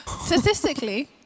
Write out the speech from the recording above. statistically